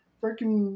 freaking